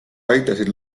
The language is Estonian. aitasid